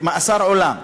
מאסר עולם,